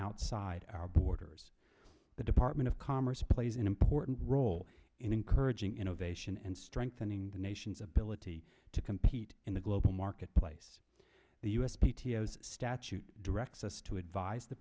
outside our borders the department of commerce plays an important role in encouraging innovation and strengthening the nation's ability to compete in the global marketplace the u s p t o statute directs us to advise the